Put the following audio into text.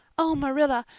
oh, marilla,